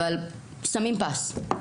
שמים פס.